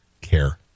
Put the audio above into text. care